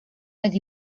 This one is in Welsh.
oedd